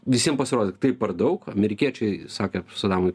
visiem pasirodė tai per daug amerikiečiai sakė sadamui